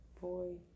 Boy